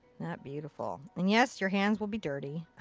that beautiful? and yes your hands will be dirty.